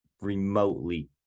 remotely